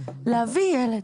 להביא ילד,